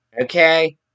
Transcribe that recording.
okay